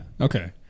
Okay